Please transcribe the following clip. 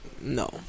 No